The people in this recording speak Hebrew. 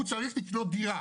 הוא צריך לקנות דירה,